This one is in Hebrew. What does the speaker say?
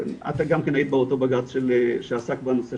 - את גם כן היית באותו בג"ץ שעסק בנושא